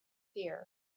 fear